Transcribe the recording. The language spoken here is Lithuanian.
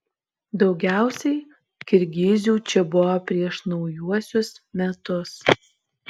daugiausiai kirgizių čia buvo prieš naujuosius metus